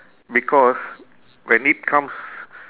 because when it comes